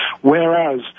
whereas